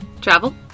travel